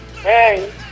Hey